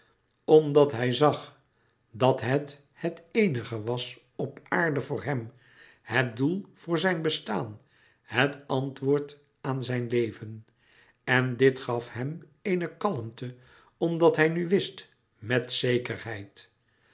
omdat hij zag dat het het eenige was op aarde voor hem het doel voor zijn bestaan het antwoord aan zijn leven en dit gaf hem eene kalmte omdat hij nu wist met zekerheid